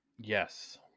yes